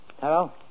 Hello